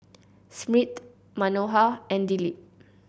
Smriti Manohar and Dilip